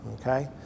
okay